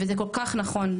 וזה כל כך נכון,